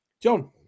John